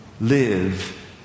live